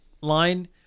line